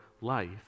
life